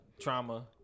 trauma